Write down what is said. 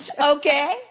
Okay